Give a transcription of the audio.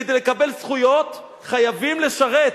כדי לקבל זכויות, חייבים לשרת?